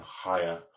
higher